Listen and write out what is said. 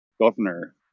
governor